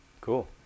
cool